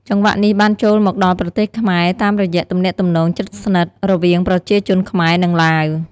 ចង្វាក់នេះបានចូលមកដល់ប្រទេសខ្មែរតាមរយៈទំនាក់ទំនងជិតស្និទ្ធរវាងប្រជាជនខ្មែរ និងឡាវ។